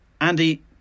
Andy